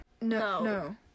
No